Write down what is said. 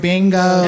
Bingo